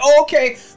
okay